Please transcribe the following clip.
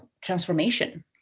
transformation